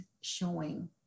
showing